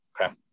okay